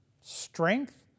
strength